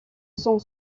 sont